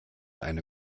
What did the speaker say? eine